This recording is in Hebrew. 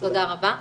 תודה רבה.